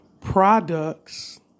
products